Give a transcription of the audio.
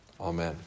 Amen